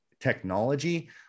technology